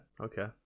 okay